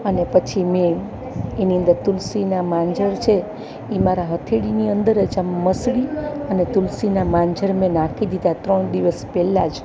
અને પછી મેં એની અંદર તુલસીના માંજર છે એ મારા હથેળીની અંદર જ આમ મસળી અને તુલસીના માંજર મેં નાખી દીધા ત્રણ દિવસ પેહેલા જ